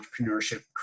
entrepreneurship